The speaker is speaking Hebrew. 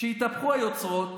כשיתהפכו היוצרות